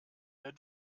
der